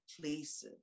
places